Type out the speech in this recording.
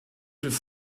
have